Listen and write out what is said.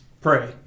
pray